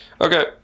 Okay